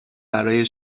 برای